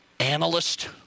analyst